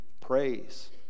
praise